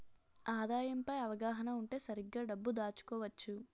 ఆదాయం పై అవగాహన ఉంటే సరిగ్గా డబ్బు దాచుకోవచ్చు